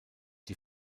die